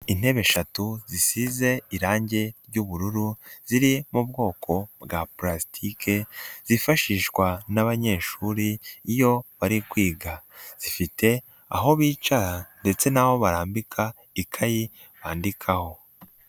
Intebe eshatu zisize irangi ry'ubururu ziri mu bwoko bwa palasitike, zifashishwa n'abanyeshuri, iyo bari kwiga bafite aho bicara ndetse n'aho barambika ikayi bandikaho.